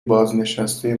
بازنشته